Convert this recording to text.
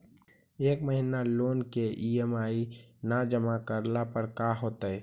एक महिना लोन के ई.एम.आई न जमा करला पर का होतइ?